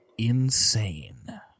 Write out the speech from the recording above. insane